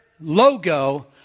logo